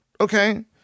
okay